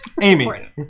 Amy